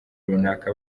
runaka